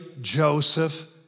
Joseph